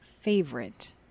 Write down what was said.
favorite